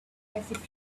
prepared